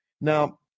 Now